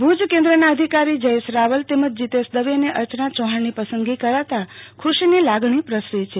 ભુજ કેન્દ્રના અધિકારી જયેશ રાવલ તેમજ જીતેશ દવે અને અર્ચના ચૌફાણની પસંદગી કરાતાં ખુશીની લાગણી પ્રસરી છે